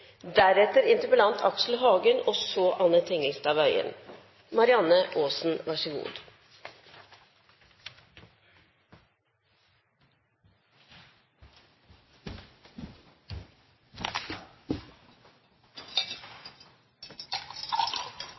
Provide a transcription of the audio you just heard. deretter interpellantene Aksel Hagen og Anne Tingelstad Wøien.